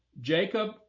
Jacob